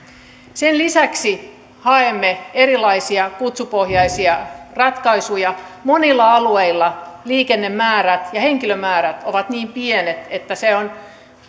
sen lisäksi haemme erilaisia kutsupohjaisia ratkaisuja monilla alueilla liikennemäärät ja henkilömäärät ovat niin pienet että on